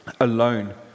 alone